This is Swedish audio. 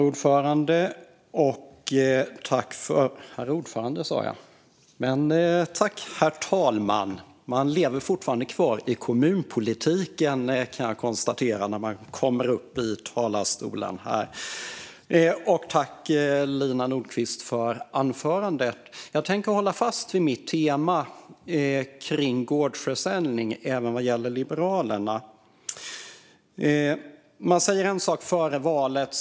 Herr talman! Tack, Lina Nordquist, för anförandet! Jag tänker hålla fast vid temat gårdsförsäljning även vad gäller Liberalerna. "Man säger en sak före valet.